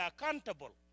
accountable